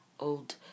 Old